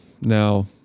now